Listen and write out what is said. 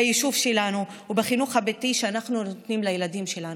ביישוב שלנו וחינוך הביתי שאנחנו נותנים לילדים שלנו.